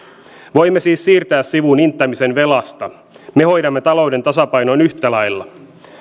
voimme siis siirtää sivuun inttämisen velasta me hoidamme talouden tasapainoon yhtä lailla